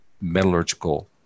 metallurgical